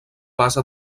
base